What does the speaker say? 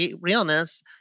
realness